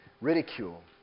ridicule